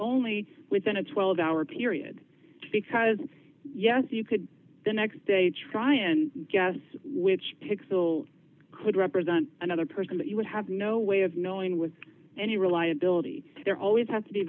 only within a twelve hour period because yes you could the next day try and guess which takes so could represent another person that you would have no way of knowing with any reliability there always had to be